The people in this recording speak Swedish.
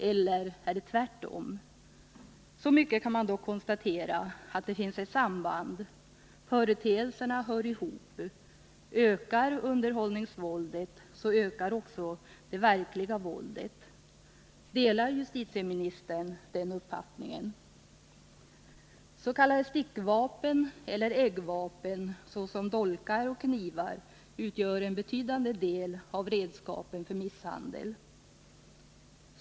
Eller är det tvärtom? Så mycket kan man dock konstatera, att det finns ett samband. Företeelserna hör ihop; ökar underhållningsvåldet, ökar också det verkliga våldet. Delar justitieministern den uppfattningen? S.k. stickvapen eller eggvapen såsom dolkar och knivar utgör en betydande del av redskapen för misshandel.